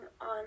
on